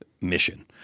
mission